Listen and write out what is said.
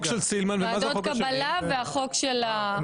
ועדות קבלה ועל החוק של סילמן.